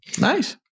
Nice